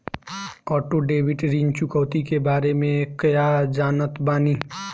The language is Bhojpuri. ऑटो डेबिट ऋण चुकौती के बारे में कया जानत बानी?